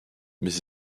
mais